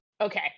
Okay